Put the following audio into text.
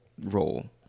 role